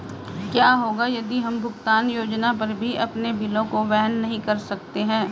क्या होगा यदि हम भुगतान योजना पर भी अपने बिलों को वहन नहीं कर सकते हैं?